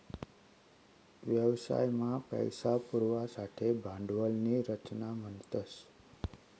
व्यवसाय मा पैसा पुरवासाठे भांडवल नी रचना म्हणतस